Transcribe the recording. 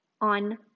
on